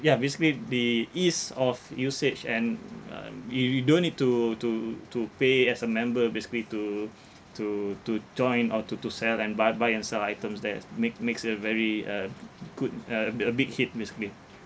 ya basically the ease of usage and um you you don't need to to to pay as a member basically to to to join or to to sell and buy buy and sell items that make makes it a very uh good uh uh a big hit basically